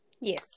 yes